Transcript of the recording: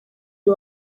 uyu